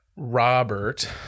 Robert